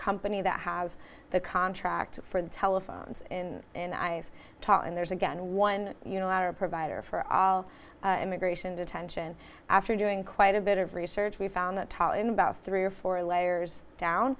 company that has the contract for the telephones in and i talk and there's again one you know a lot of provider for all immigration detention after doing quite a bit of research we found that tall in about three or four layers